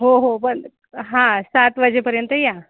हो हो बंद हां सात वाजेपर्यंत या